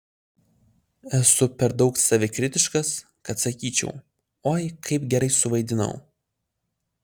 esu per daug savikritiškas kad sakyčiau oi kaip gerai suvaidinau